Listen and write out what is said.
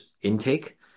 intake